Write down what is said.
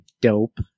dope